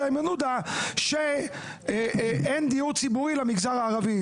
איימן עודה שאין דיור ציבורי למגזר הערבי,